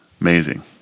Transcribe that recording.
Amazing